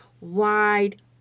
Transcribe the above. wide